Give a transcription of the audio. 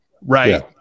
right